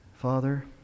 Father